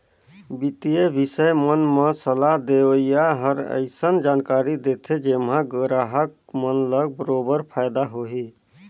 बित्तीय बिसय मन म सलाह देवइया हर अइसन जानकारी देथे जेम्हा गराहक मन ल बरोबर फायदा होही